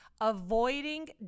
avoiding